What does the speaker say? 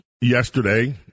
Yesterday